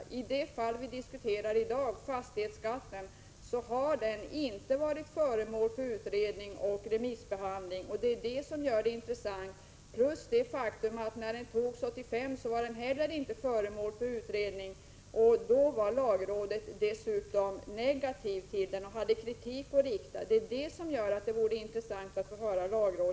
Fastighetsskatten, som vi diskuterar i dag, har inte varit föremål för utredning och remissbehandling. Det är det som gör det intressant att få höra lagrådet denna gång, plus det faktum att när man fattade beslut om fastighetsskatten 1985 hade den inte heller varit föremål för utredning. Då var lagrådet dessutom negativt till den och riktade kritik mot förslaget.